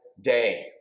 day